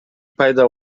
пайда